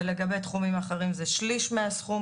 ולגבי תחומים אחרים זה שלוש מהסכום,